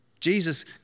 Jesus